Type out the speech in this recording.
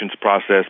process